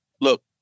look